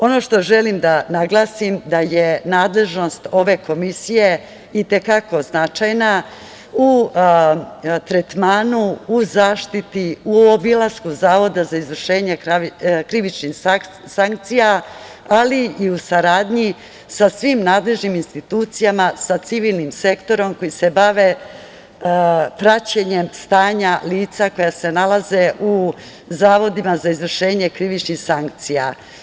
Ono što želim da naglasim da je nadležnost ove Komisije i te kako značajna u tretmanu u zaštiti u obilasku zavoda za izvršenje krivični sankcija, ali i u saradnji sa svim nadležnim institucijama, sa civilnim sektorom koji se bave praćenjem stanja lica koja se nalaze u Zavodima za izvršenje krivičnih sankcija.